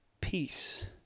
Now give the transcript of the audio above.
peace